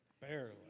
Barely